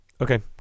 Okay